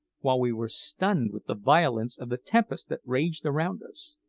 while we were stunned with the violence of the tempest that raged around us.